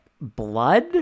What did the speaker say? blood